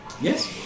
Yes